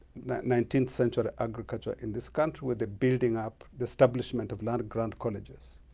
nineteenth century agriculture in this country with the building up, the establishment of land grant colleges,